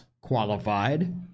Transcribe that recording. qualified